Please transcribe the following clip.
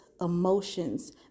emotions